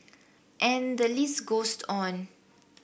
and the list goes on